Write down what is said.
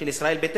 של ישראל ביתנו,